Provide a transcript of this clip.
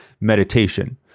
meditation